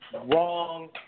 Wrong